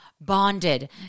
bonded